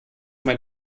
mein